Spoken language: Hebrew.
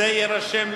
זה יירשם לזכותכם,